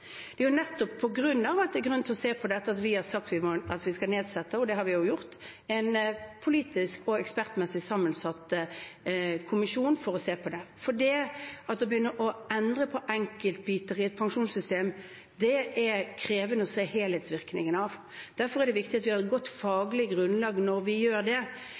Det er nettopp fordi det er grunn til å se på dette, at vi har sagt at vi skal nedsette – og det har vi også gjort – en politisk, ekspertmessig sammensatt kommisjon for å se på det. Det å begynne å endre på enkeltbiter i et pensjonssystem er det krevende å se helhetsvirkningen av. Derfor er det viktig at vi har et godt faglig grunnlag når vi gjør det,